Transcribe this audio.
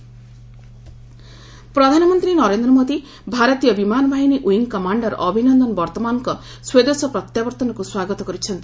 lead Abhinandan ପ୍ରଧାନମନ୍ତ୍ରୀ ନରେନ୍ଦ୍ର ମୋଦି' ଭାରତୀୟ ବିମାନବାହିନୀ ୱିଙ୍ଗ କମାଣ୍ଡର ଅଭିନନ୍ଦନ ବର୍ତ୍ତମାନଙ୍କ ସ୍ୱଦେଶ ପ୍ରତ୍ୟାବର୍ତ୍ତନକୁ ସ୍ୱାଗତ କରିଛନ୍ତି